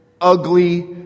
Ugly